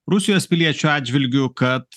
rusijos piliečių atžvilgiu kad